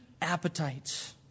appetites